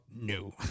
No